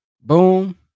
Boom